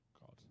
God